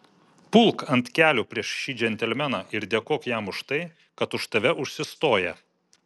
pulk ant kelių prieš šį džentelmeną ir dėkok jam už tai kad už tave užsistoja